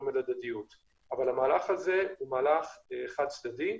על הדדיות אבל המהלך הזה הוא מהלך חד-צדדי.